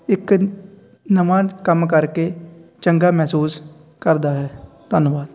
ਇਕ ਨਵਾਂ ਕੰਮ ਕਰਕੇ ਚੰਗਾ ਮਹਿਸੂਸ ਕਰਦਾ ਹੈ ਧੰਨਵਾਦ